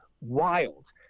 wild